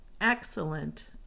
excellent